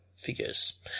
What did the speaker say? figures